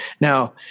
Now